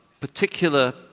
particular